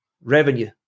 Revenue